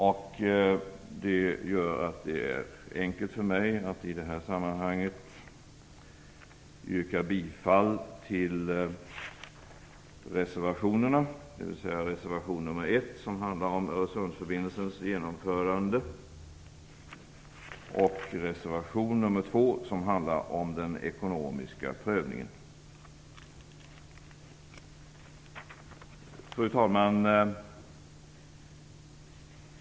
Detta gör att det är enkelt för mig att nu yrka bifall till reservation nr 1 om Öresundsförbindelsens genomförande och reservation nr 2 om den ekonomiska prövningen. Fru talman!